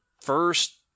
first